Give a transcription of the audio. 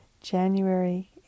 January